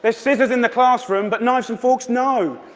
but scissors in the classroom, but knives and forks? no.